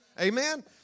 amen